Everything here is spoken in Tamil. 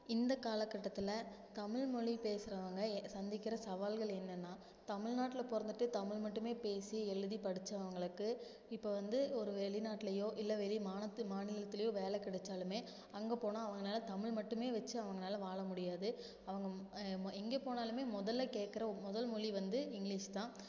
இந்த காலக்கட்டத்தில் தமிழ்மொழி பேசுறவங்க சந்திக்கிற சவால்கள் என்னன்னா தமிழ்நாட்டில் பிறந்துட்டு தமிழ் மட்டுமே பேசி எழுதி படிச்சவங்களுக்கு இப்போ வந்து ஒரு வெளிநாட்டிலையோ இல்லை வெளி மானத்து மாநிலத்திலையோ வேலை கிடச்சாலுமே அங்கே போனால் அவங்களால தமிழ் மட்டுமே வச்சு அவங்கனால வாழ முடியாது அவங்க எங்கே போனாலுமே முதல்ல கேட்குற முதல் மொழி வந்து இங்கிலீஷ் தான்